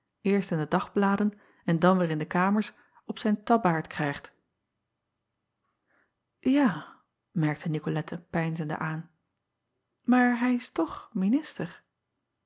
eerst in de dagbladen en dan weêr in de amers op zijn tabbaard krijgt a merkte icolette peinzende aan maar hij is toch minister